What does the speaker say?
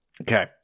Okay